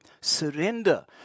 Surrender